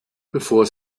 bevor